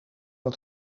het